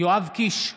יואב קיש,